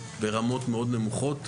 ברמות נמוכות מאוד.